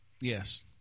Yes